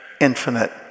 infinite